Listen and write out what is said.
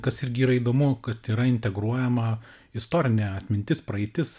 kas irgi yra įdomu kad yra integruojama istorinė atmintis praeitis